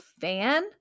fan